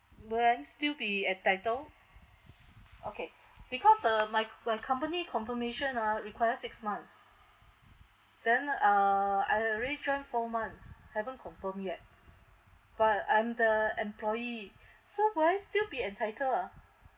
will I still be entitled okay because the my my company confirmation ah require six months then uh I already joined four months haven't confirmed yet but I'm the employee so will I still be entitled ah